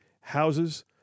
houses